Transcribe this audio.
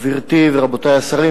גברתי ורבותי השרים,